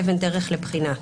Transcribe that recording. אבן דרך לבחינה"